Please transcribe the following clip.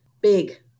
big